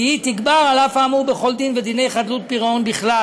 והיא תגבר אף על האמור בכל דין ודיני חדלות פירעון בכלל.